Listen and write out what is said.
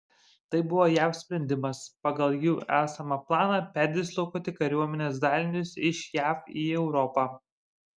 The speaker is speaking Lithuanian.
tai buvo jav sprendimas pagal jų esamą planą perdislokuoti kariuomenės dalinius iš jav į europą